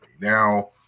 Now